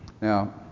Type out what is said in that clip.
now